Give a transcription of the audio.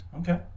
Okay